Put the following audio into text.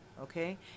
Okay